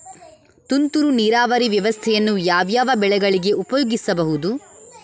ತುಂತುರು ನೀರಾವರಿ ವ್ಯವಸ್ಥೆಯನ್ನು ಯಾವ್ಯಾವ ಬೆಳೆಗಳಿಗೆ ಉಪಯೋಗಿಸಬಹುದು?